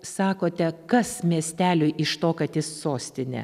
sakote kas miesteliui iš to kad jis sostinė